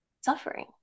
suffering